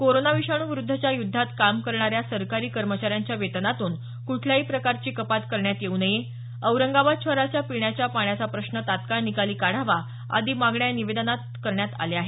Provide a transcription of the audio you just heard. corona विषाणूविरूद्धच्या युध्दात काम करणाऱ्या सरकारी कर्मचाऱ्यांच्या वेतनातून कुठल्याही प्रकारची कपात करण्यात येऊ नये औरंगबाद शहराच्या पिण्याच्या पाण्याचा प्रश्न तात्काळ निकाली काढावा आदी मागण्या या निवदेनात नमूद करण्यात आल्या आहेत